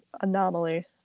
anomaly